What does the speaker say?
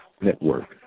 Network